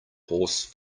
horse